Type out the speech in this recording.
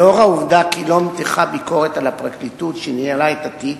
לאור העובדה כי לא נמתחה ביקורת על הפרקליטות שניהלה את התיק,